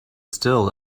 still